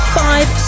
five